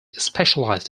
specialized